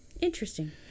Interesting